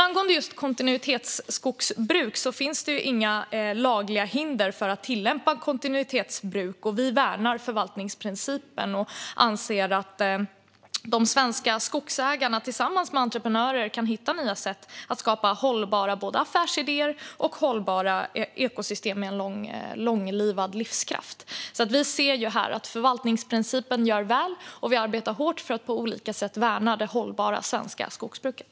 Angående just kontinuitetsskogsbruk finns det inga lagliga hinder för att tillämpa kontinuitetsskogsbruk, och vi värnar förvaltningsprincipen och anser att de svenska skogsägarna tillsammans med entreprenörer kan hitta nya sätt att skapa både hållbara affärsidéer och hållbara ekosystem med långlivad livskraft. Vi anser att förvaltningsprincipen fungerar väl, och vi arbetar hårt för att på olika sätt värna det hållbara svenska skogsbruket.